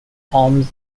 palms